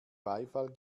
beifall